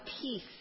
peace